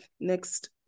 next